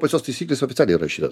pas juos taisyklėse oficialiai įrašyta